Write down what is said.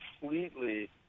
completely